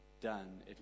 done